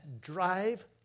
drive